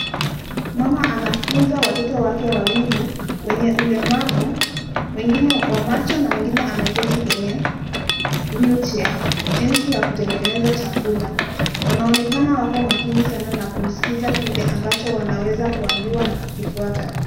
Mama anafunza watoto wake wawili wenye ulemavu mwingine wa macho na mwingine ameketi kwenye [cs ] wheel chair [cs ] jinsi ya kutengeneza chakula. Wanaonekana wako makini sana na kusikiza kile ambacho wanaweza kuambiwa na kukifuata.